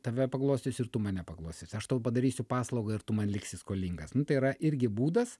tave paglostysiu ir tu mane paglostysi aš tau padarysiu paslaugą ir tu man liksi skolingas nu tai yra irgi būdas